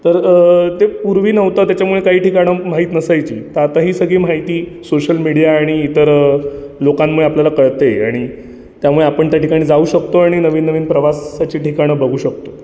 तर ते पूर्वी नव्हतं त्याच्यामुळे काही ठिकाणं माहीत नसायची तर आता ही सगळी माहिती सोशल मीडिया आणि इतर लोकांमुळे आपल्याला कळते आणि त्यामुळे आपण त्या ठिकाणी जाऊ शकतो आणि नवीननवीन प्रवासाची ठिकाणं बघू शकतो